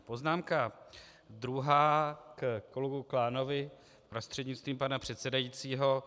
Poznámka druhá ke kolegovi Klánovi prostřednictvím pana předsedajícího.